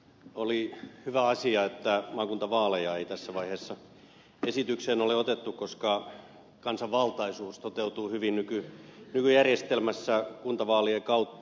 oli hyvä asia että maakuntavaaleja ei tässä vaiheessa esitykseen ole otettu koska kansanvaltaisuus toteutuu hyvin nykyjärjestelmässä kuntavaalien kautta